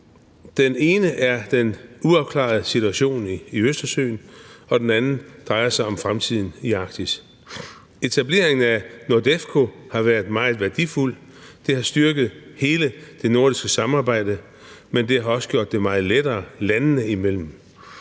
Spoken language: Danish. Den ene er den uafklarede situation i Østersøen, og den anden drejer sig om fremtiden i Arktis. Etableringen af NORDEFCO har været meget værdifuld. Det har styrket hele det nordiske samarbejde, men det har også gjort det meget lettere landene imellem.